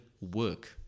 work